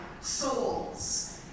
souls